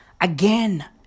Again